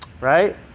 right